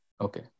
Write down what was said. Okay